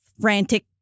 frantic